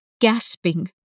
gasping